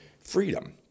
freedom